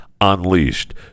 Unleashed